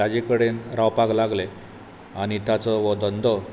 ताजे कडेन रावपाक लागले आनी ताचो वो दंदो